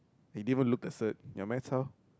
he gave a look at cert your maths how